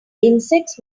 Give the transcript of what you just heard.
insects